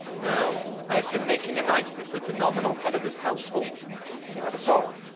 no. i have been making a night of it with the nominal head of this household that is all.